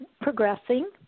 progressing